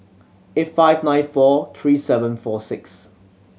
eight five nine four three seven four six